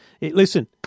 Listen